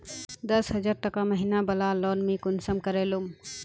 दस हजार टका महीना बला लोन मुई कुंसम करे लूम?